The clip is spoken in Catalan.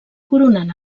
coronant